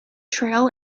trail